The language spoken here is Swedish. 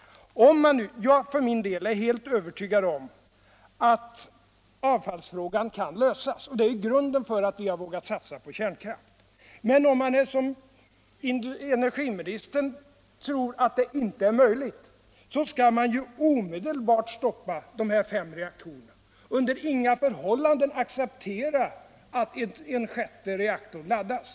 Jag för min del är helt övertygad om att avfallsfrågan kan lösas. och det är grunden för att vi har vågat satsa på kärnkraft. Men om man som energiministern tror att detta inte är möjligt, så skall man ju omedelbart stoppa de fem reaktorer som är i drift och under inga förhållanden aceeptera att en själte reaktor laddas.